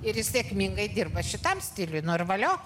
jis jis sėkmingai dirba šitam stiliuj nu ir valio